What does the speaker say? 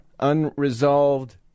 unresolved